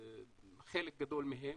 חלק גדול מהם,